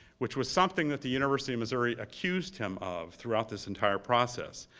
which was something that the university of missouri accused him of throughout this entire process.